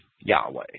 Yahweh